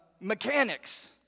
mechanics